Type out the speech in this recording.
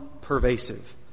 pervasive